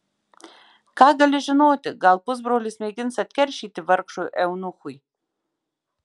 ką gali žinoti gal pusbrolis mėgins atkeršyti vargšui eunuchui